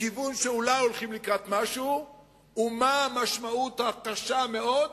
לכיוון שאולי הולכים לקראת משהו ומה המשמעות הקשה-מאוד